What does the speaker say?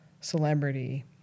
celebrity